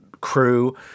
crew